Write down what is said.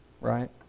right